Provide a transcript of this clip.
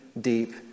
deep